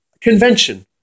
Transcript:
convention